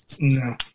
No